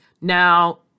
Now